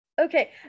Okay